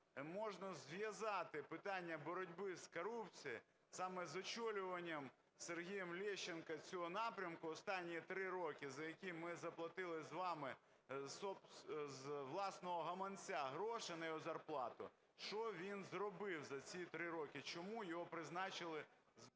можна зв'язати питання боротьби з корупцією саме з очолюванням Сергієм Лещенком цього напрямку останні 3 роки, за які ми заплатили з вами з власного гаманця гроші на його зарплату? Що він зробив за ці 3 роки? Чому його призначили…?